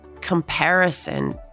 comparison